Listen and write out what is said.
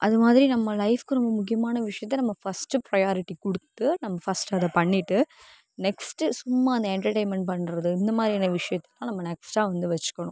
அது மாதிரி நம்ம லைஃப்க்கு ரொம்ப முக்கியமான விஷயத்தை ஃபர்ஸ்ட் ப்ரயாரிட்டி கொடுத்து நம்ம ஃபர்ஸ்ட் அதை பண்ணிவிட்டு நெக்ஸ்ட்டு சும்மா இந்த என்டர்டைன்மெண்ட் பண்ணுறது இந்த மாதிரியான விஷியத்தை நெஸ்க்ட்டாக வச்சுக்கணும்